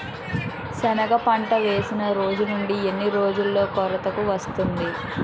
సెనగ పంట వేసిన రోజు నుండి ఎన్ని రోజుల్లో కోతకు వస్తాది?